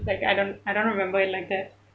like I don't I don't remember it like that